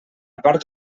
part